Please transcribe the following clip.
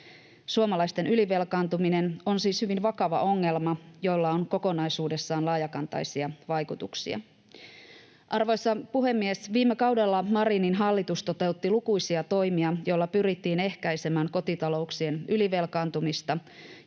Suomalaisten ylivelkaantuminen on siis hyvin vakava ongelma, jolla on kokonaisuudessaan laajakantoisia vaikutuksia. Arvoisa puhemies! Viime kaudella Marinin hallitus toteutti lukuisia toimia, joilla pyrittiin ehkäisemään kotitalouksien ylivelkaantumista